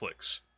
Netflix